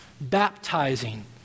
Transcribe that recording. baptizing